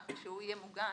ככה שהוא יהיה מוגן,